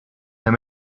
near